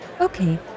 Okay